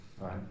Right